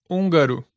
Húngaro